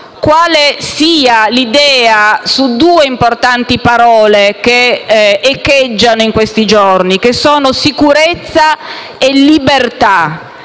quale sia l'idea sulle due importanti parole che echeggiano in questi giorni: sicurezza e libertà.